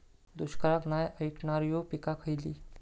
दुष्काळाक नाय ऐकणार्यो पीका खयली?